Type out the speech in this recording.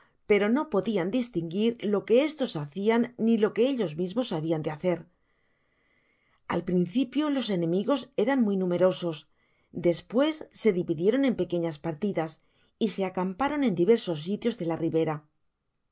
pero no podiau distinguir lo que estos hacian ni lo qne ellos mismos habian de hacer al principio los enemigos eran muy numerosos despues se dividieron en pe quenas partidas y se acamparon en diversos sitios de la tibiera